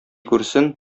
күрсен